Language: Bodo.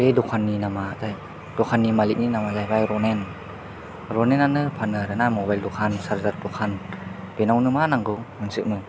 बे दखाननि नामा दखाननि मालिकनि नामा जाहैबाय रनेन रनेनानो फानो आरोना मबाइल दखान चार्जार दखान बेनावनो मा नांगौ मोनजोबो